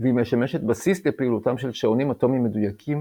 והיא משמשת בסיס לפעולתם של שעונים אטומיים מדויקים,